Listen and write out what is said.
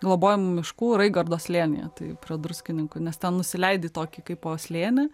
globojamų miškų raigardo slėnyje tai prie druskininkų nes ten nusileidi į tokį kaip po slėnį